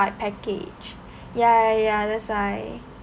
like package ya ya ya that's why